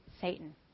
Satan